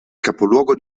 capoluogo